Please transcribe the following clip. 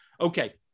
okay